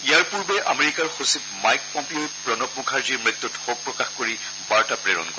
ইয়াৰ পূৰ্বে আমেৰিকাৰ সচিব মাইক পম্পিঅই প্ৰণৰ মুখাৰ্জীৰ মৃত্যুত শোক প্ৰকাশ কৰি বাৰ্তা প্ৰেৰণ কৰে